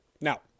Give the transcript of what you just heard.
Now